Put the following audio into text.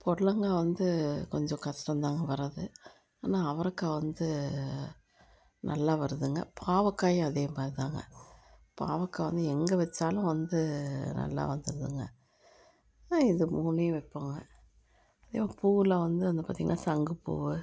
பொடலங்காய் வந்து கொஞ்சம் கஷ்டம் தாங்க வரது ஆனால் அவரக்காய் வந்து நல்லா வருதுங்க பாவக்காயும் அதேமாதிரிதாங்க பாவக்காய் வந்து எங்கே வச்சாலும் வந்து நல்லா வந்துருதுங்க இது மூணையும் வைப்போங்க அதே பூவில் வந்து அந்த பார்த்திங்கன்னா சங்குப்பூ